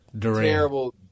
terrible